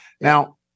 Now